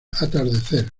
atardecer